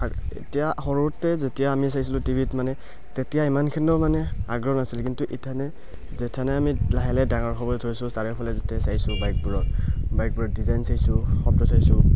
এতিয়া সৰুতে যেতিয়া আমি চাইছিলোঁ টি ভিত মানে তেতিয়া ইমানখিনিও মানে আগ্ৰহ নাছিলে কিন্তু ইথানে যেথানে আমি লাহে লাহে ডাঙৰ হ'ব ধৰিছোঁ চাৰিওফালে যেতিয়া চাইছোঁ বাইকবোৰক বাইকবোৰৰ ডিজাইন চাইছোঁ শব্দ চাইছোঁ